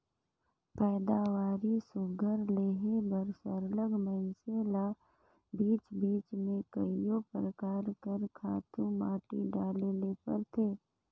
पएदावारी सुग्घर लेहे बर सरलग मइनसे ल बीच बीच में कइयो परकार कर खातू माटी डाले ले परथे